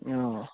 অঁ